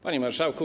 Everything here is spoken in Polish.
Panie Marszałku!